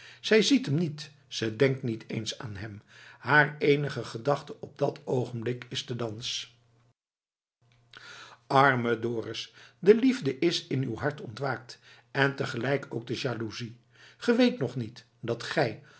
zij ziet hem niet ze denkt niet eens aan hem haar eenige gedachte op dat oogenblik is de dans arme dorus de liefde is in uw hart ontwaakt en te gelijk ook de jaloezie ge weet nog niet dat gij